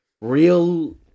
real